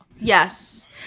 Yes